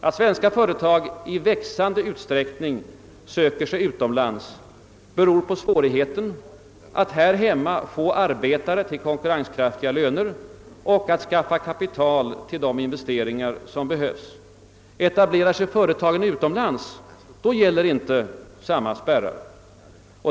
Att svenska företag i växande utsträckning söker sig utomlands beror på svårigheten att här hemma få arbetare till konkurrenskraftiga löner och att skaffa kapital till de investeringar som behöver göras. Om ett företag etablerar sig utomlands, gäller inte samma spärrar.